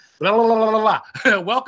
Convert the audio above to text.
Welcome